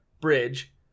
Bridge